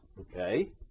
okay